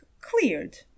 cleared